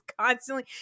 constantly